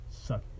suck